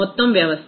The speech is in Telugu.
మొత్తం వ్యవస్థ